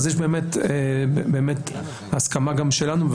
יש הסכמה גם שלנו,